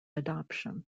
adoption